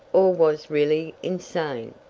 or was really insane.